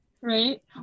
right